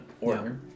order